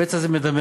הפצע הזה מדמם